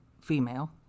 female